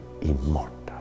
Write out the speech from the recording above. immortal